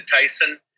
Tyson